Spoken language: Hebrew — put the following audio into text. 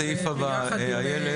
הסעיף הבא, איילת.